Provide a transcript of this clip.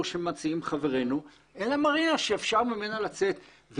שמציעים חברינו אלא מרינה שאפשר ממנה לצאת.